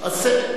אז צא.